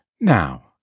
Now